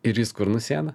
ir jis kur nusėda